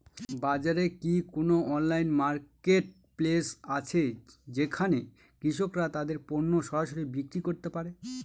বাজারে কি কোন অনলাইন মার্কেটপ্লেস আছে যেখানে কৃষকরা তাদের পণ্য সরাসরি বিক্রি করতে পারে?